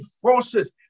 forces